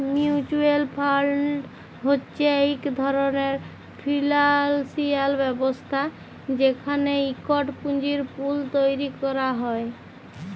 mutual fund হছে ইক ধরলের ফিল্যালসিয়াল ব্যবস্থা যেখালে ইকট পুঁজির পুল তৈরি ক্যরা হ্যয়